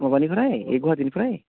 माबानिफ्राय ए गुवाहाटिनिफ्राय